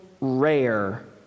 rare